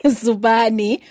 zubani